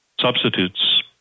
substitutes